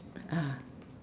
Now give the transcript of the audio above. ah